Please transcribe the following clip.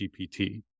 GPT